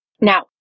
Now